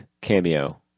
cameo